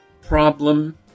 problem